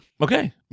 Okay